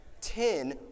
Ten